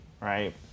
right